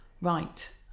right